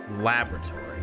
laboratory